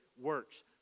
works